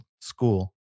school